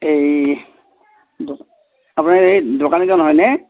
এই আপুনি এই দোকানীজন হয়নে